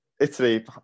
Italy